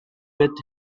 with